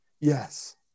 Yes